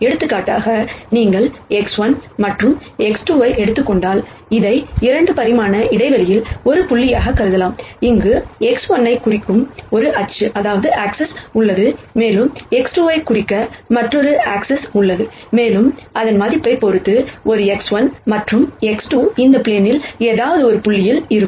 எடுத்துக்காட்டாக நீங்கள் x1 மற்றும் x2 ஐ எடுத்துக் கொண்டால் இதை 2 பரிமாண இடைவெளியில் ஒரு புள்ளியாகக் கருதலாம் அங்கு x1 ஐக் குறிக்கும் ஒரு அச்சு உள்ளது மேலும் x2 ஐக் குறிக்கும் மற்றொரு ஆக்ஸிஸ் உள்ளது மேலும் அதன் மதிப்பைப் பொறுத்து ஒரு x1 மற்றும் x2 இந்த பிளேனில் ஏதாவது ஒரு புள்ளியில் இருக்கும்